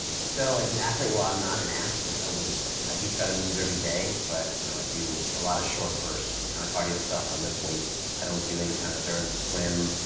so as an athlete, well i'm not an athlete i wouldn't say, i do try to move everyday but you know i do a lot of short bursts kind of cardio stuff. i lift weights, i don't do any kind of endurance swim,